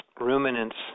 ruminants